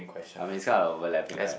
I mean it's kinda overlapping right